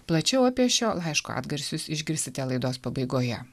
plačiau apie šio laiško atgarsius išgirsite laidos pabaigoje